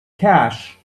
cash